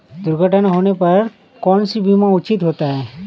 दुर्घटना होने पर कौन सा बीमा उचित होता है?